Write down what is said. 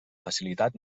facilitat